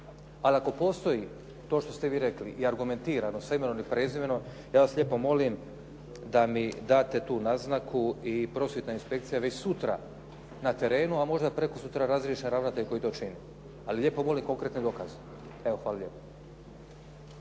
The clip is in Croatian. Ali ako postoji to što ste vi rekli argumentirano sa imenom i prezimenom ja vas lijepo molim da mi date tu naznaku i prosvjetna inspekcija je već sutra na terenu, a možda prekosutra razriješen ravnatelj koji to čini. Ali lijepo molim konkretne dokaze. Evo hvala lijepo.